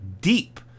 deep